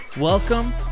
Welcome